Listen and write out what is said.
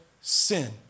sin